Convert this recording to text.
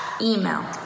email